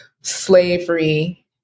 slavery